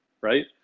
right